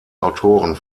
autoren